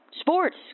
sports